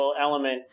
element